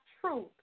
truth